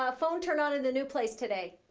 ah phone turned on in the new place today.